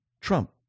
Trump